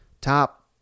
top